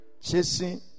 Chasing